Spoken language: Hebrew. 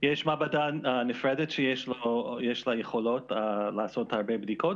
יש מעבדה נפרדת שיש לה יכולות לעשות הרבה בדיקות,